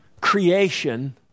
creation